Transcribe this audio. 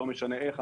לא משנה איך,